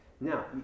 Now